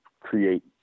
create